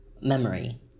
memory